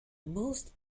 most